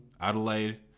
Adelaide